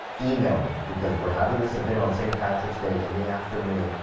email me. because, we're having this event on st. patrick's day, in the afternoon.